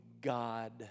God